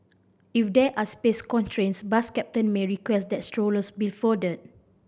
if there are space constraints bus captain may request that strollers be folded